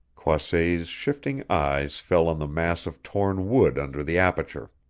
croisset's shifting eyes fell on the mass of torn wood under the aperture.